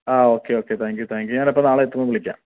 ആ okay okay thank you ഞാൻ അപ്പം നാളെ എത്തുമ്പോൾ വിളിക്കാം